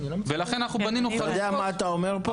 ולכן בנינו-